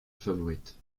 favorite